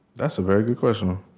that's a very good question